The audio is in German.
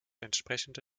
entsprechende